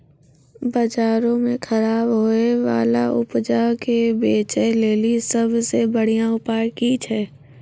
बजारो मे खराब होय बाला उपजा के बेचै लेली सभ से बढिया उपाय कि छै?